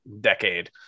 decade